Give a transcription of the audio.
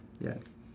Yes